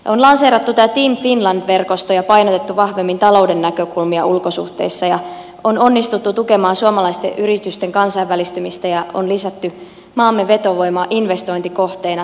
on lanseerattu tämä team finland verkosto ja painotettu vahvemmin talouden näkökulmia ulkosuhteissa ja on onnistuttu tukemaan suomalaisten yritysten kansainvälistymistä ja on lisätty maamme vetovoimaa investointikohteena